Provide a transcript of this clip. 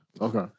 Okay